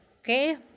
Okay